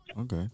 Okay